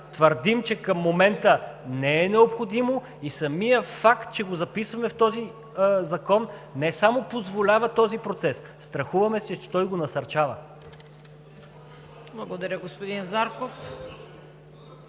Твърдим, че към момента не е необходимо и самият факт, че го записваме в този закон, не само позволява този процес, страхуваме се, че той го насърчава. ПРЕДСЕДАТЕЛ ЦВЕТА